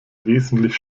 wesentlich